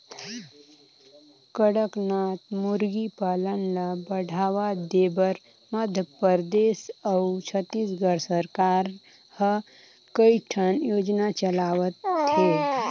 कड़कनाथ मुरगी पालन ल बढ़ावा देबर मध्य परदेस अउ छत्तीसगढ़ सरकार ह कइठन योजना चलावत हे